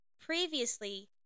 previously